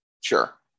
sure